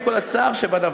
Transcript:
עם כל הצער שבדבר,